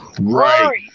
Right